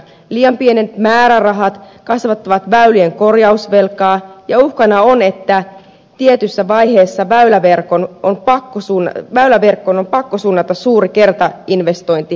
liian pienet määrärahat kasvattavat väylien korjausvelkaa ja uhkana on että tietyssä vaiheessa väyläverkkoon on pakko sun täällä ja kun on pakko suunnata suuri kertainvestointimääräraha